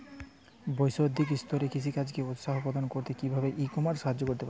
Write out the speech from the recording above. বৈষয়িক স্তরে কৃষিকাজকে উৎসাহ প্রদান করতে কিভাবে ই কমার্স সাহায্য করতে পারে?